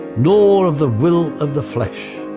nor of the will of the flesh,